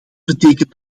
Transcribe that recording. betekent